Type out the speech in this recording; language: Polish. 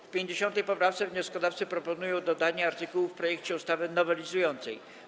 W 50. poprawce wnioskodawcy proponują dodanie artykułu w projekcie ustawy nowelizującej.